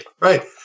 right